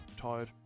tired